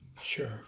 Sure